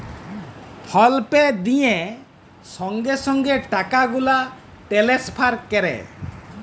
ফল pay দিঁয়ে সঙ্গে সঙ্গে টাকা গুলা টেলেসফার ক্যরে